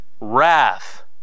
Wrath